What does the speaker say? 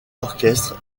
orchestre